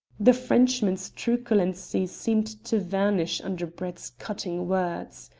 the frenchman's truculency seemed to vanish under brett's cutting words.